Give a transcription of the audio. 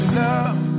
love